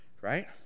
right